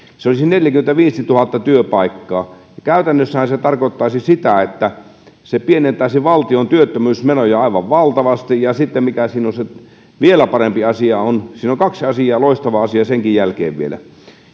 se olisi neljäkymmentäviisituhatta työpaikkaa käytännössähän se tarkoittaisi sitä että se pienentäisi valtion työttömyysmenoja aivan valtavasti ja mikä siinä on sitten vielä parempi asia siinä on kaksi loistavaa asiaa senkin jälkeen vielä